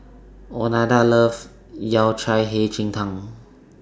Oneida loves Yao Cai Hei Ji Tang